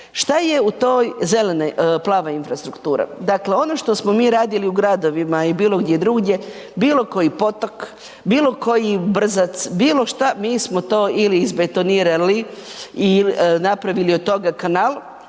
Što je to plava infrastruktura? Dakle, ono što smo mi radili u gradovima ili bilo gdje drugdje, bilo koji potok, bilo koji brzac, bilo što, mi smo to ili izbetonirali i napravili od toga kanal